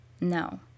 No